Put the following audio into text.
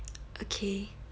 okay